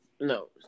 No